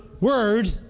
word